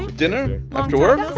dinner after work?